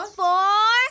four